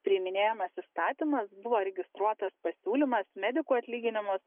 priiminėjamas įstatymas buvo registruotas pasiūlymas medikų atlyginimus